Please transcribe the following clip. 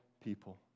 people